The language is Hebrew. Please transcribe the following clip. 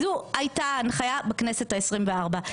זו הייתה ההנחיה בכנסת ה-24.